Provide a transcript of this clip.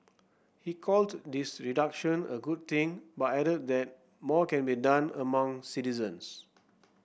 he called this reduction a good thing but added that more can be done among citizens